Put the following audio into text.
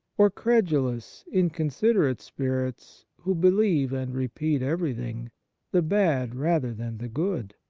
or credulous, inconsiderate spirits who believe and repeat everything the bad rather than the good?